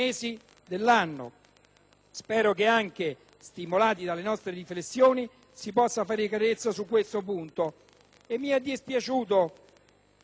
Spero che, anche stimolati dalle nostre riflessioni, si possa fare chiarezza sul punto. Mi è dispiaciuto che il Governo